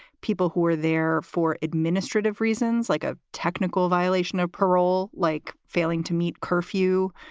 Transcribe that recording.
people who were there for administrative reasons, like a technical violation of parole, like failing to meet curfew,